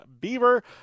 Beaver